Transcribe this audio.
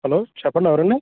hello చెప్పండి ఎవరండి